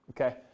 okay